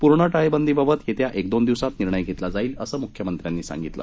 पूर्ण टाळेबंदीबाबत येत्या एक दोन दिवसात निर्णय घेतला जाईल असं मुख्यमंत्र्यांनी सांगितलं